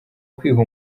kwiha